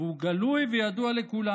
והוא גלוי וידוע לכולם?